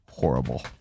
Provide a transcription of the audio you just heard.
horrible